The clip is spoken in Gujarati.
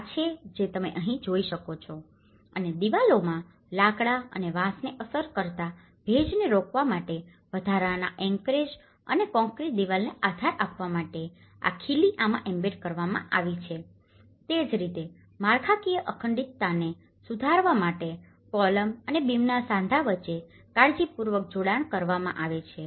તેથી આ છે જે તમે અહીં જોઈ શકો છો અને દિવાલોમાં લાકડા અને વાંસને અસર કરતા ભેજને રોકવા માટે વધારાના એન્કરેજ અને કોંક્રિટ દિવાલને આધાર આપવા માટે આ ખીલી આમાં એમ્બેડેડ કરવામાં આવી છે તે જ રીતે માળખાકીય અખંડિતતાને સુધારવા માટે કોલમ અને બીમના સાંધા વચ્ચે કાળજીપૂર્વક જોડાણ કરવામાં આવે છે